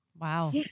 Wow